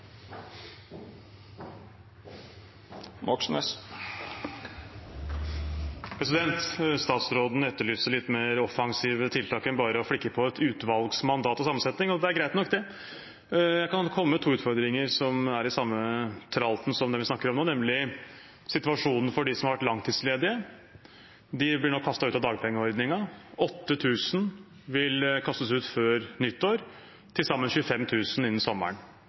Statsråden etterlyser litt mer offensive tiltak enn bare å flikke på et utvalgs mandat og sammensetning. Det er greit nok. Jeg kan komme med to utfordringer som er i samme tralten som det vi snakker om nå, nemlig: Situasjonen for de som har vært langtidsledige, er at de nå blir kastet ut av dagpengeordningen. 8 000 vil kastes ut før nyttår – til sammen 25 000 før sommeren.